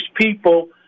people